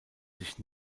sich